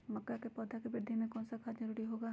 मक्का के पौधा के वृद्धि में कौन सा खाद जरूरी होगा?